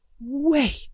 Wait